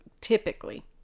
typically